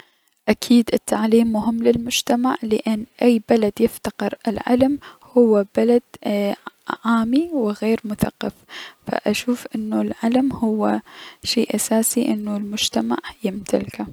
اكيد العلم مهم للمجتمع لأن اي بلد يفتقر العلم هو بلد اي- عامي و غير مثقف فأشوف انو العلم هو شي اساسي انو المجتمع يمتلكه.